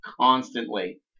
constantly